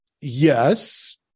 Yes